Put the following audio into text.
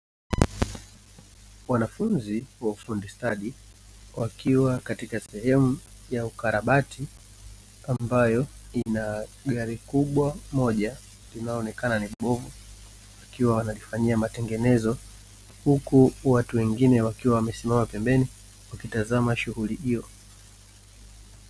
Wanafunzi wa ufundi stadi wakiwa katika sehemu ya ukarabati ambayo ina gari kubwa moja linaonekana ni libovu likiwa wanalifanyia matengenezo, huku watu wengine wakiwa wamesimama pembeni wakitazama shughuli hiyo.